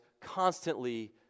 constantly